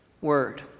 word